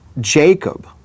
Jacob